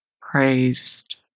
praised